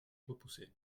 repoussée